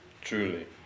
Truly